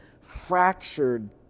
fractured